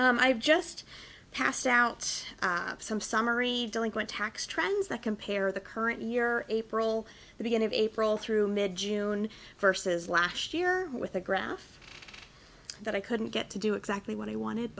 i've just passed out some summary delinquent tax trends that compare the current year april the end of april through mid june versus last year with a graph that i couldn't get to do exactly what i wanted